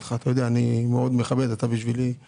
אני מאוד מכבד, בשבילי אתה